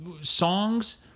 Songs